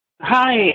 Hi